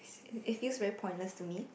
it feels very pointless to me